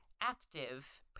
active